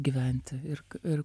gyventi ir ir